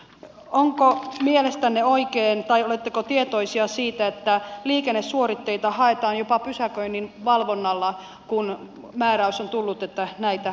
onko mielestänne oikein tai oletteko tietoisia siitä että liikennesuoritteita haetaan jopa pysäköinninvalvonnalla kun määräys on tullut että näitä suoritteita on saatava